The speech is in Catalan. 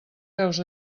peus